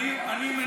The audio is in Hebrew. אני מניח,